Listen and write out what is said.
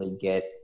get